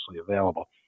available